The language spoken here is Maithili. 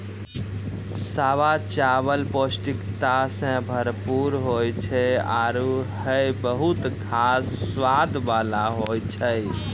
सावा चावल पौष्टिकता सें भरपूर होय छै आरु हय बहुत खास स्वाद वाला होय छै